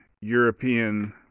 European